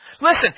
Listen